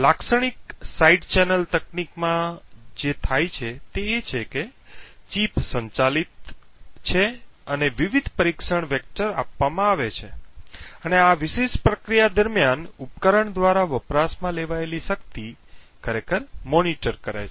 લાક્ષણિક side channel તકનીકમાં જે થાય છે તે એ છે કે ચિપ સંચાલિત છે અને વિવિધ પરીક્ષણ વેક્ટર આપવામાં આવે છે અને આ વિશિષ્ટ પ્રક્રિયા દરમિયાન ઉપકરણ દ્વારા વપરાશમાં લેવાયેલી શક્તિ ખરેખર મોનીટર કરે છે